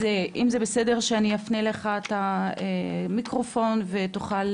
אז אם זה בסדר שאני אפנה אלייך את המיקרופון ותוכל